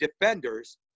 defenders